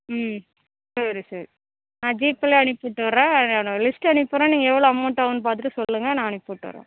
ம் சரி சரி நான் ஜிபேவில் அனுப்பி விட்டுறேன் லிஸ்ட்டு அனுப்பி விட்டுறேன் நீங்கள் எவ்வளோ அமௌண்ட் ஆகுன்னு பார்த்துட்டு சொல்லுங்கள் நான் அனுப்பி விட்டுறோம்